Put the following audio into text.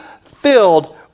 filled